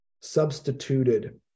substituted